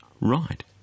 right